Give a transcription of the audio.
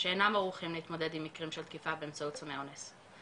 שאינם ערוכים להתמודד עם מקרים של תקיפה באמצעות סמי אונס.